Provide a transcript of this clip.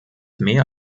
mehr